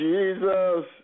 Jesus